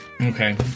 Okay